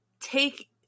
take